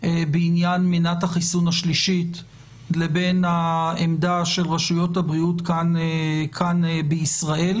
בעניין מנת החיסון השלישית לבין העמדה של רשויות הבריאות כאן בישראל.